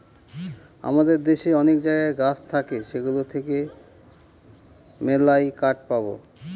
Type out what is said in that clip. আমাদের দেশে অনেক জায়গায় গাছ থাকে সেগুলো থেকে মেললাই কাঠ পাবো